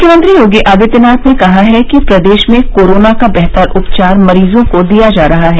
मुख्यमंत्री योगी आदित्यनाथ ने कहा कि प्रदेश में कोरोना का बेहतर उपचार मरीजों को दिया जा रहा है